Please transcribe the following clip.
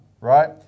right